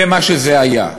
זה מה שזה היה.